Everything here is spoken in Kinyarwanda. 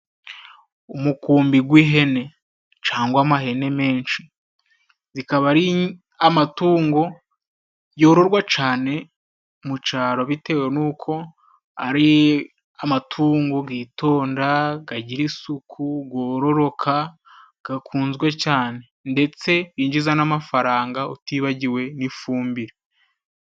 Umukumbi gw'ihene cangwa amahene menshi zikaba ari amatungo yororwa cane mu caro bitewe n'uko ari amatungo gitonda, gagira isuku, gorororoka, gakunzwe cane ndetse iga izana n'amafaranga utibagiwe n'ifumbire.